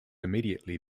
immediately